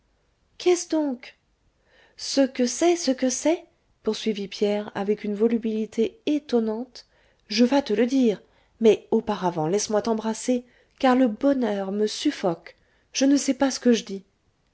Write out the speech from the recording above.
qu'est-ce donc ce que c'est ce que c'est poursuivit pierre avec une volubilité étonnante je vas te le dire mais auparavant laisse-moi t'embrasser car le bonheur me suffoque je ne sais pas ce que je dis